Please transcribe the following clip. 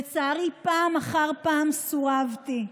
לצערי פעם אחר פעם סורבתי.